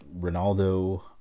Ronaldo